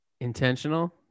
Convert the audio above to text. intentional